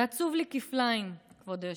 ועצוב לי כפליים, כבוד היושב-ראש,